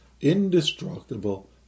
indestructible